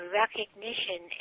recognition